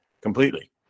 completely